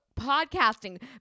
podcasting